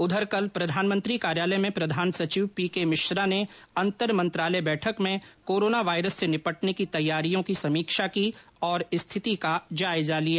उधर कल प्रधानमंत्री कार्यालय में प्रधान सचिव पीके मिश्रा ने अंतर मंत्रालय बैठक में कोरोना वायरस से निपटने की तैयारियों की समीक्षा की और स्थिति का जायजा लिया